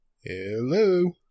Hello